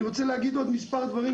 אני רוצה להגיד עוד מספר דברים,